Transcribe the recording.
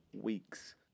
weeks